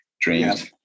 dreams